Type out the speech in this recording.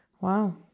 Wow